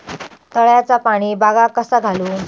तळ्याचा पाणी बागाक कसा घालू?